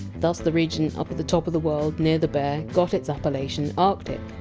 thus the region up at the top of the world near the bear got its appellation, arctic.